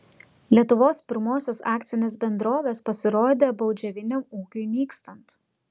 lietuvos pirmosios akcinės bendrovės pasirodė baudžiaviniam ūkiui nykstant